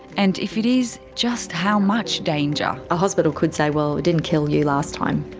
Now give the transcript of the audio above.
and if it is, just how much danger? a hospital could say well, it didn't kill you last time.